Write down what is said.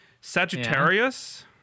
Sagittarius